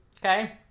Okay